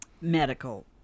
medical